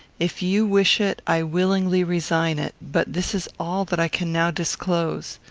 if you wish it i willingly resign it but this is all that i can now disclose.